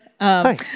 Hi